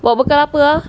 bawa bekal apa ah